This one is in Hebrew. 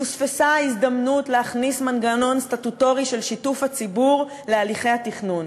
פוספסה ההזדמנות להכניס מנגנון סטטוטורי של שיתוף הציבור בהליכי התכנון.